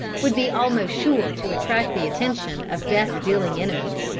would be almost sure to attract the attention of death-dealing enemies.